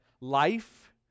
life